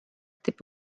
teeb